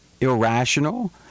irrational